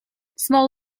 small